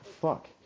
fuck